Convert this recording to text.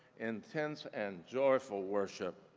intense and joyful worship,